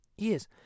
Yes